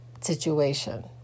situation